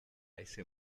ese